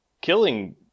killing